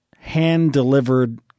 hand-delivered